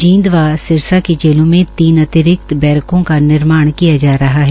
जींद व सिरसा की जेलों में तीन अतिरिक्त बश्नकों का निर्माण किया जा रहा है